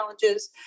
challenges